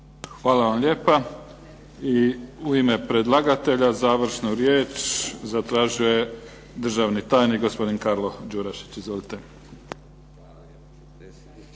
Hvala vam lijepa. I u ime predlagatelja završnu riječ zatražio je državni tajnik gospodin Karlo Đurašić. Izvolite.